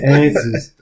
answers